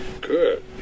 Good